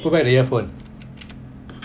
put back the earphone